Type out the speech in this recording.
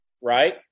right